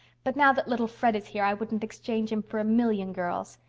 but now that little fred is here i wouldn't exchange him for a million girls.